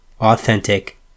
authentic